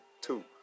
two